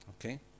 Okay